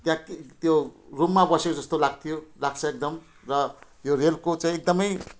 त्यहाँ कि त्यो रुममा बसेको जस्तो लाग्थ्यो लाग्छ एकदम र यो रेलको चाहिँ एकदमै